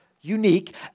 unique